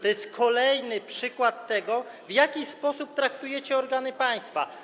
To jest kolejny przykład tego, w jaki sposób traktujecie organy państwa.